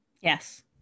Yes